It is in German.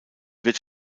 wird